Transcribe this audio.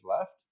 left